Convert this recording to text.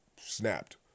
snapped